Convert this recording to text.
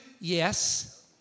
Yes